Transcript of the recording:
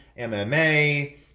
MMA